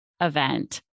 event